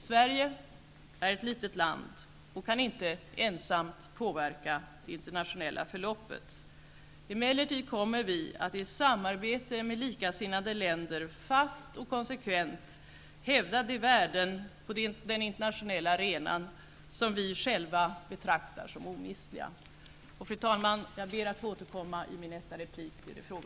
Sverige är ett litet land och kan inte ensamt påverka det internationella förloppet. Emellertid kommer vi att i samarbete med likasinnade länder fast och konsekvent hävda de världen på den internationella arenan som vi själva betraktar som omistliga.